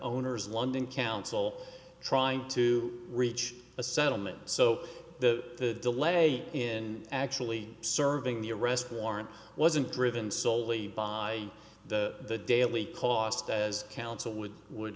owners london council trying to reach a settlement so the delay in actually serving the arrest warrant wasn't driven soley by the daily cost as council would would